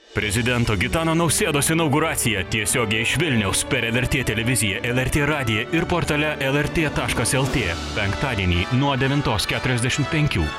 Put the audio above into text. prezidento gitano nausėdos inauguraciją tiesiogiai iš vilniaus per lrt televiziją lrt radiją ir portale lrt taškas lt penktadienį nuo devintos keturiasdešimt penkių